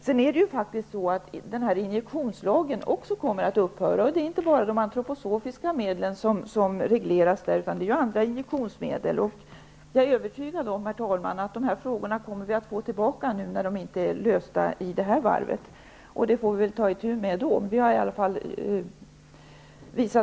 Det är ju faktiskt så att injektionslagen kommer att upphöra, och det är inte enbart de antroposofiska medlen som regleras med den, utan även andra injektionsmedel. Jag är övertygad om, herr talman, att de här frågorna kommer att komma tillbaka, eftersom de inte är lösta i denna omgång. Vi får väl ta itu med dem då.